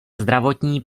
zdravotní